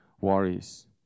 worries